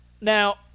Now